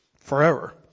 forever